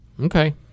Okay